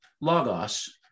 Logos